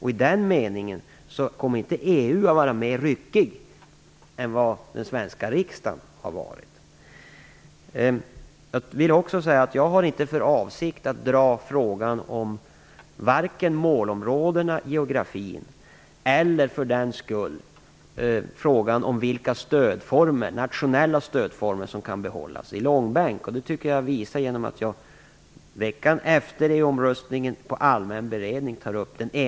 I den meningen kommer inte EU att vara ryckigare än vad den svenska riksdagen har varit. Jag har inte för avsikt att dra frågan om målområdena i geografin eller frågan om vilka nationella stödformer som kan behållas i långbänk. Det tycker jag att jag visar genom att jag veckan efter EU-omröstningen tar upp den ena frågan på allmän beredning.